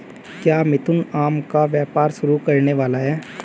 क्या मिथुन आम का व्यापार शुरू करने वाला है?